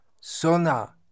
sona